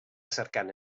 cercant